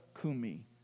kumi